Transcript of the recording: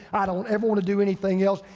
i don't ever wanna do anything else.